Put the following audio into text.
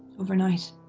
overnight.